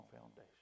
foundation